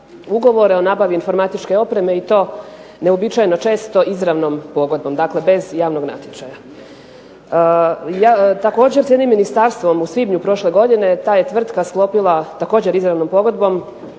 ugovore o nabavi informatičke opreme i to neuobičajeno često izravnom pogodbom, dakle bez javnog natječaja. Također s jednim ministarstvom u svibnju prošle godine ta je tvrtka sklopila, također izravnom pogodbom,